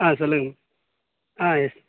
ஆ சொல்லுங்கள் மேம் ஆ யெஸ்